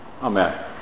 amen